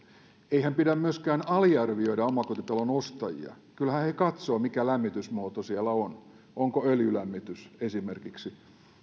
eihän pidä myöskään aliarvioida omakotitalon ostajia kyllähän he katsovat mikä lämmitysmuoto siellä on onko öljylämmitys esimerkiksi